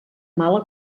mala